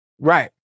Right